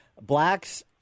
blacks